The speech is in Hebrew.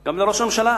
גם לראש הממשלה: